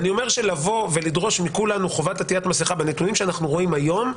לבוא ולדרוש מכולנו חובת עטיית מסכה בנתונים שאנחנו רואים היום,